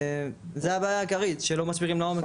זו הבעיה העיקרית, שלא מסבירים יותר לעומק,